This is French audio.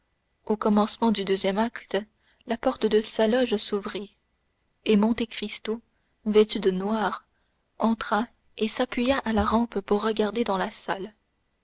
au commencement du deuxième acte la porte de la loge s'ouvrit et monte cristo vêtu de noir entra et s'appuya à la rampe pour regarder dans la salle